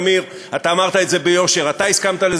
והסכמנו,